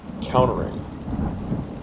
countering